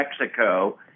Mexico